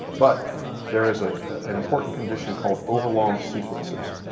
but there is ah an important condition called overlong sequences.